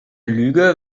lüge